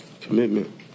Commitment